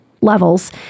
levels